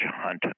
hunt